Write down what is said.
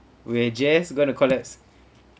we are just going to collapse